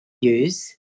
use